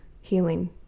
healing